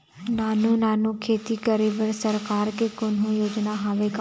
नानू नानू खेती करे बर सरकार के कोन्हो योजना हावे का?